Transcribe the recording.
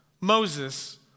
Moses